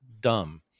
dumb